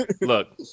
look